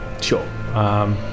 Sure